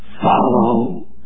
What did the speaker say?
Follow